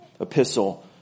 epistle